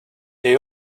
they